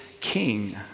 king